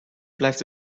blijft